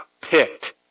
picked